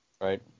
Right